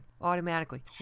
automatically